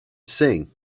sing